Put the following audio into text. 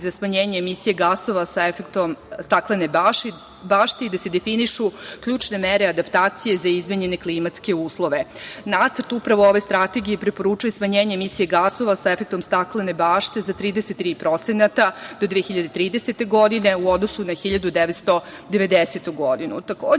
za smanjenje emisije gasova sa efektom „staklene bašte“ i da se definišu ključne mere adaptacije za izmenjene klimatske uslove. Nacrt upravo ove strategije preporučuje smanjenje emisije gasova sa efektom „staklene bašte“ za 33% do 2030. godine u odnosu na 1990. godinu. Takođe,